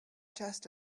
just